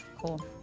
Cool